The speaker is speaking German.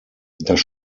das